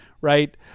Right